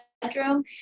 bedroom